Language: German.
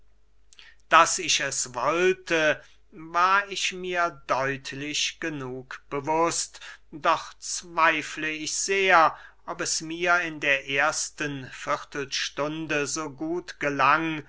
daß ich es wollte war ich mir deutlich genug bewußt doch zweifle ich sehr ob es mir in der ersten viertelstunde so gut gelang